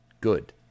Good